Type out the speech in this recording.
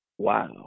Wow